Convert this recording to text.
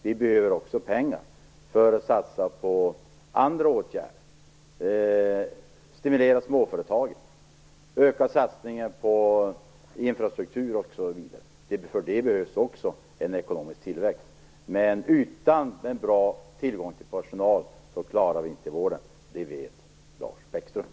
Vi behöver också pengar för att satsa på andra åtgärder, för att stimulera småföretagen, för ökade satsningar på infrastruktur, osv. För det behövs också en ekonomisk tillväxt. Men utan bra tillgång på personal klarar vi inte vården. Det vet Lars Bäckström.